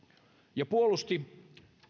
ja puolusti